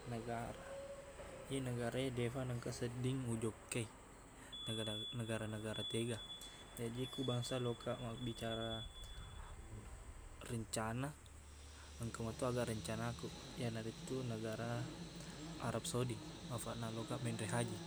Negara iye negara e defa nengka sedding ujokkai negara- negara-negara tega jaji ku bangsa lokaq mabbicara rencana engka meto aga rencanakuq iyanaritu negara arab saudi afaqna lokaq menreq haji